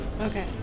Okay